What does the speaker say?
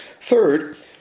Third